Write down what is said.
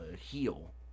heal